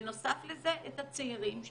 בנוסף לזה הצעירים,